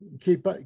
keep